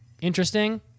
interesting